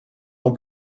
ans